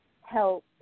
help